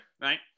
right